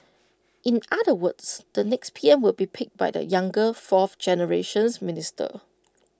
in other words the next P M will be picked by the younger fourth generations ministers